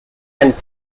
and